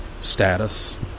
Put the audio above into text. status